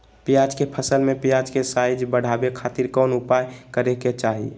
प्याज के फसल में प्याज के साइज बढ़ावे खातिर कौन उपाय करे के चाही?